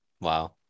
Wow